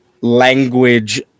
language